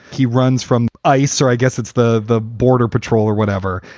he runs from icer. i guess it's the the border patrol or whatever.